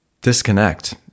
disconnect